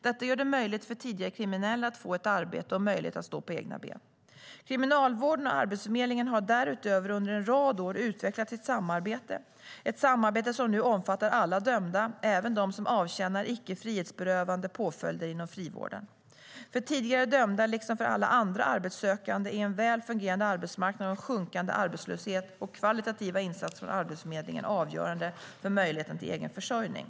Detta gör det möjligt för tidigare kriminella att få ett arbete och möjlighet att stå på egna ben. Kriminalvården och Arbetsförmedlingen har därutöver under en rad år utvecklat sitt samarbete - ett samarbete som nu omfattar alla dömda, även dem som avtjänar icke frihetsberövande påföljder inom frivården. För tidigare dömda liksom för alla andra arbetssökande är en väl fungerande arbetsmarknad med en sjunkande arbetslöshet och kvalitativa insatser från Arbetsförmedlingen avgörande för möjligheten till egen försörjning.